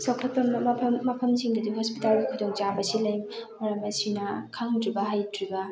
ꯆꯥꯎꯈꯠꯄ ꯃꯐꯝ ꯃꯐꯝꯁꯤꯡꯗꯗꯤ ꯍꯣꯁꯄꯤꯇꯥꯜꯒꯤ ꯈꯨꯗꯣꯡꯆꯥꯕꯁꯤ ꯂꯩ ꯃꯔꯝ ꯑꯁꯤꯅ ꯈꯪꯗ꯭ꯔꯤꯕ ꯍꯩꯇ꯭ꯔꯤꯕ